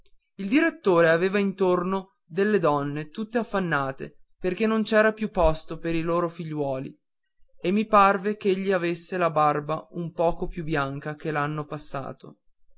il direttore aveva intorno delle donne tutte affannate perché non c'era più posto per i loro figliuoli e mi parve ch'egli avesse la barba un poco più bianca che l'anno passato